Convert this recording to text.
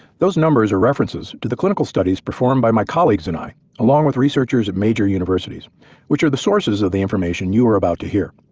those numbers are references to the clinical studies performed by my colleagues and i a long researchers of major universities which are the sources of the information you are about to hear,